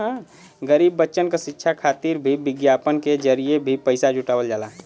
गरीब बच्चन क शिक्षा खातिर भी विज्ञापन के जरिये भी पइसा जुटावल जाला